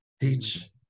Teach